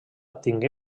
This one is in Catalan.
tingué